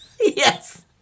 Yes